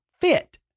fit